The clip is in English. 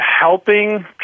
helping